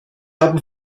haben